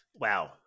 Wow